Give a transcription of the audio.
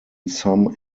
some